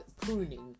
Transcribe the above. pruning